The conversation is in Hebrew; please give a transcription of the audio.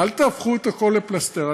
אל תהפכו את הכול פלסתר.